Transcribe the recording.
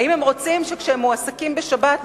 האם הם רוצים שמועסקים בשבת,